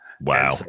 Wow